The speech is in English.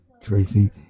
Tracy